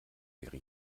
wäre